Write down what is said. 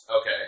Okay